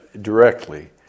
directly